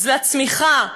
לצמיחה,